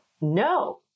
no